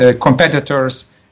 competitors